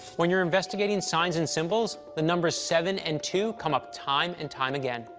when you're investigating signs and symbols, the numbers seven and two come up time and time again.